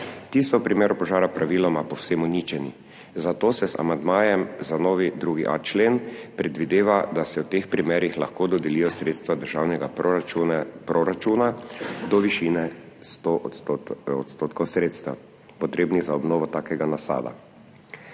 Ti so v primeru požara praviloma povsem uničeni, zato se z amandmajem za novi 2.a člen predvideva, da se v teh primerih lahko dodelijo sredstva državnega proračuna do višine 100 % sredstev, potrebnih za obnovo takega nasada.